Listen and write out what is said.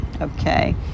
okay